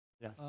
Yes